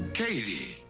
katie!